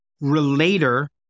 relater